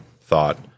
thought